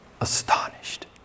astonished